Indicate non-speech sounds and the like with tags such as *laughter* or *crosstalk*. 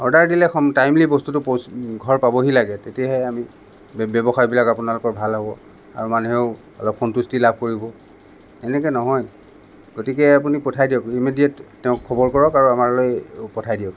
order দিলে *unintelligible* timely বস্তুতো *unintelligible* ঘৰ পাবহি লাগে তেতিয়াহে আমি ব্যৱসায়বিলাক আপোনালোকৰ ভাল হ'ব আৰু মানুহেও অলপ সন্তুষ্টি লাভ কৰিব এনেকৈ নহয় গতিকে আপুনি পঠাই দিয়ক ইমিডিয়েট তেওঁক খবৰ কৰক আৰু আমালৈ পঠাই দিয়ক